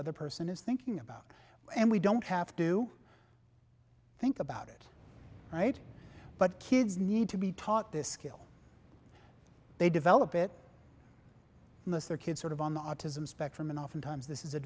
other person is thinking about and we don't have to think about it right but kids need to be taught this skill they develop it and that's their kid sort of on the autism spectrum and oftentimes this is a